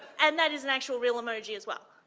and that is an actual real emoji, as well,